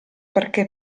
perché